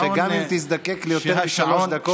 שגם אם תזדקק ליותר משלוש דקות,